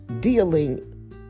dealing